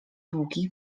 długi